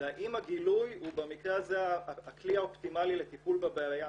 זה האם הגילוי הוא במקרה הזה הכלי האופטימאלי לטיפול בבעיה.